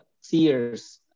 seers